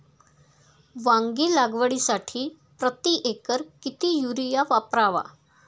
वांगी लागवडीसाठी प्रति एकर किती युरिया वापरावा?